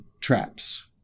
traps